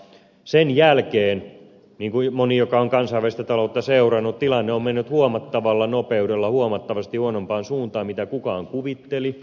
sen jälkeen niin kuin moni joka on kansainvälistä taloutta seurannut on huomannut tilanne on mennyt huomattavalla nopeudella huomattavasti huonompaan suuntaan kuin kukaan kuvitteli